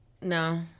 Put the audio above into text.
no